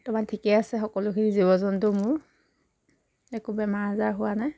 বৰ্তমান ঠিকেই আছে সকলোখিনি জীৱ জন্তু মোৰ একো বেমাৰ আজাৰ হোৱা নাই